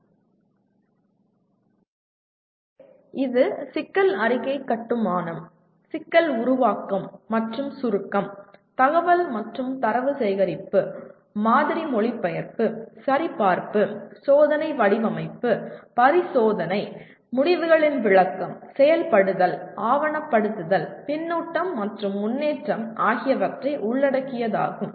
எனவே இது சிக்கல் அறிக்கை கட்டுமானம் சிக்கல் உருவாக்கம் மற்றும் சுருக்கம் தகவல் மற்றும் தரவு சேகரிப்பு மாதிரி மொழிபெயர்ப்பு சரிபார்ப்பு சோதனை வடிவமைப்பு பரிசோதனை முடிவுகளின் விளக்கம் செயல்படுத்தல் ஆவணப்படுத்துதல் பின்னூட்டம் மற்றும் முன்னேற்றம் ஆகியவற்றை உள்ளடக்கியதாகும்